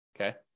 Okay